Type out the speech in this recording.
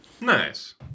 nice